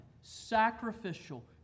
sacrificial